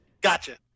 Gotcha